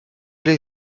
les